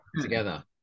Together